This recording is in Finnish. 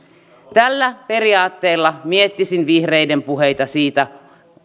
tällä periaatteella miettisin vihreiden puheita siitä